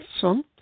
Son